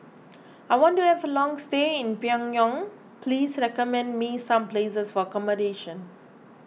I want to have a long stay in Pyongyang please recommend me some places for accommodation